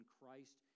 Christ